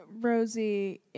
Rosie